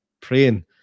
praying